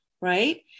right